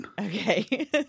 Okay